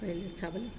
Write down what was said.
पहले चावल